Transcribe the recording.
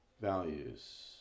values